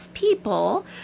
people